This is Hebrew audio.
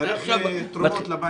וחרפה שמדברים על ארנונה.